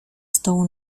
stołu